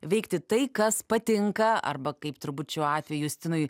veikti tai kas patinka arba kaip turbūt šiuo atveju justinui